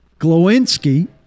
Glowinski